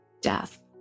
death